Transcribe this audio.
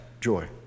joy